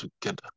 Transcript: together